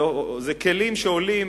אלה כלים שעולים